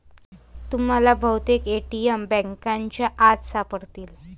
तुम्हाला बहुतेक ए.टी.एम बँकांच्या आत सापडतील